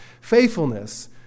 faithfulness